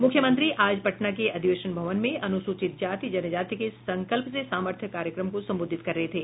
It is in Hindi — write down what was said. मुख्यमंत्री आज पटना के अधिवेशन भवन में अनुसूचित जातिजनजाति के संकल्प से सामर्थ्य कार्यक्रम को संबोधित कर रहे थे